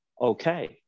okay